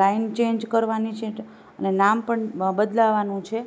line change કરવાની છે અને નામ પણ બદલાવાનું છે